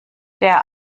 der